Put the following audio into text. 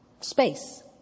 space